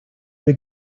were